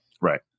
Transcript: Right